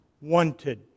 wanted